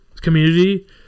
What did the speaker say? community